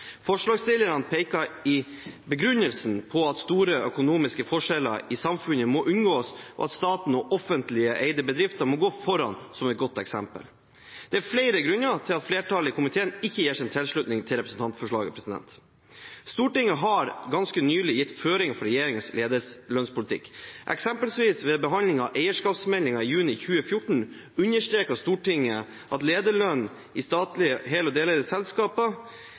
Forslagsstillerne peker i begrunnelsen på at store økonomiske forskjeller i samfunnet må unngås, og at staten og offentlig eide bedrifter må gå foran som et godt eksempel. Det er flere grunner til at flertallet i komiteen ikke gir sin tilslutning til representantforslaget. Stortinget har ganske nylig gitt føringer for regjeringens lederlønnspolitikk. Eksempelvis ved behandling av eierskapsmeldingen i juni 2014 understreket Stortinget at lederlønn i hel- og deleide statlige selskaper